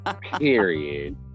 Period